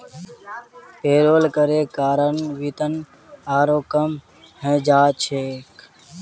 payroll करे कारण वेतन आरोह कम हइ जा छेक